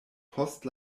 post